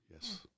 Yes